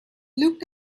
looked